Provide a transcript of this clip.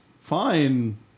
fine